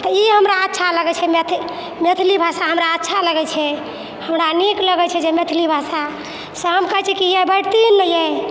तऽ ई हमरा अच्छा लगै छै मैथिली भाषा हमरा अच्छा लगै छै हमरा नीक लगै छै जे मैथिली भाषा सएह हम कहै छियै ये बैठतियै ने ये